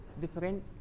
different